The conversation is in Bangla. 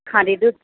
খাঁটি দুধ